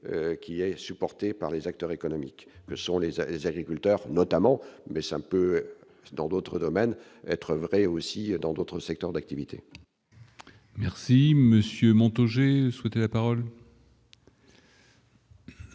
qui est supporté par les acteurs économiques que sont les à les agriculteurs notamment, mais c'est un peu dans d'autres domaines, être vrai aussi dans d'autres secteurs d'activité. Merci monsieur monte, j'ai souhaité la parole.